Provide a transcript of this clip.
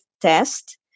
test